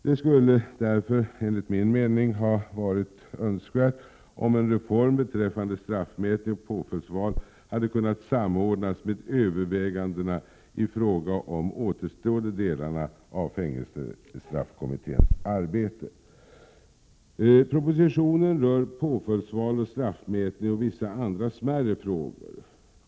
Det skulle därför, enligt min mening, ha varit önskvärt om en reform beträffande straffmätning och påföljdsval hade kunnat samordnas med övervägandena i fråga om de återstående delarna av fängelsestraffkommitténs arbete. Propositionen rör påföljdsval och straffmätning och vissa andra smärre frågor.